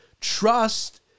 trust